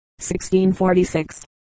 1646